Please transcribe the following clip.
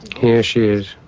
here she is,